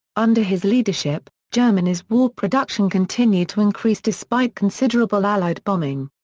under his leadership, germany's war production continued to increase despite considerable allied bombing.